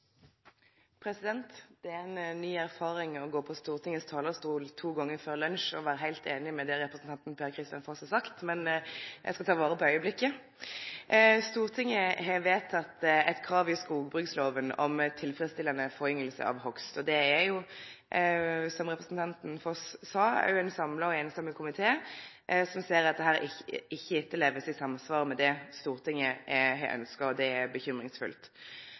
ny erfaring å gå på Stortingets talarstol to gonger før lunsj og vere heilt einig i det representanten Per-Kristian Foss har sagt – eg skal ta vare på augeblikket. Stortinget har vedteke eit krav i skogbruksloven om tilfredsstillande forynging etter hogst. Det er, som representanten Foss sa, ein samla og samrøystes komité som ser at dette ikkje blir etterlevd i samsvar med det Stortinget har ynskt. Det er bekymringsfullt. At Landbruks- og matdepartementet tek dette på alvor, er sjølvsagt for oss. Me synest det er